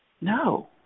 No